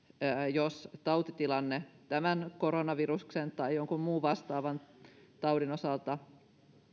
jos tautitilanne tämän koronaviruksen tai jonkun muun vastaavan taudin osalta